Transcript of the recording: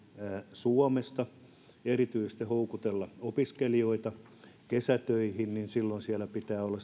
suomesta ja erityisesti houkutella opiskelijoita kesätöihin niin silloin siellä pitää olla